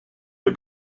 der